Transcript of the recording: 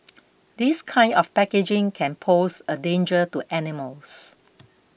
this kind of packaging can pose a danger to animals